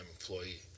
employee